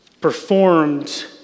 performed